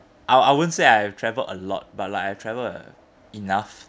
I I won't say I've travelled a lot but like I've travelled uh enough